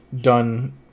done